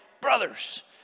brothers